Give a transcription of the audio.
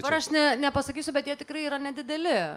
dabar aš ne nepasakysiu bet jie tikrai yra nedideli